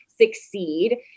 succeed